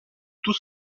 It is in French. tous